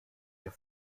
hier